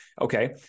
okay